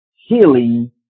Healing